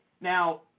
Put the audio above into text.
Now